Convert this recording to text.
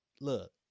Look